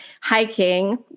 hiking